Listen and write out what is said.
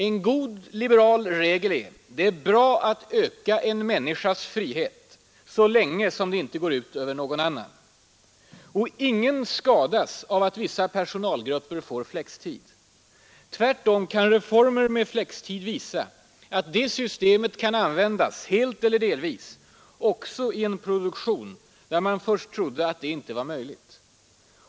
En god liberal regel är: det är bra att öka en människas frihet så länge som det inte går ut över någon annan. Och ingen skadas av att vissa personalgrupper får flextid. Tvärtom kan reformer med flextid visa att det systemet kan användas — helt eller delvis — också i en produktion där man först trodde att det inte var möjligt.